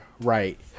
Right